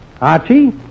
Archie